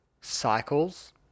cycles